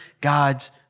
God's